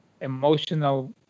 emotional